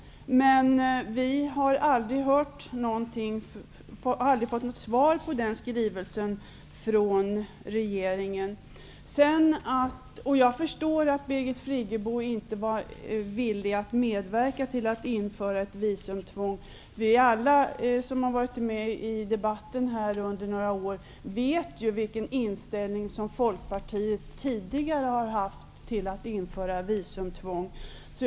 Men vi har aldrig fått något svar på den skrivelsen från regeringen. Jag förstår att Birgit Friggebo inte var villig att medverka till att införa ett visumtvång. Alla som har varit med i debatten några år vet vilken inställning Folkpartiet tidigare har haft till att införa visumtvång.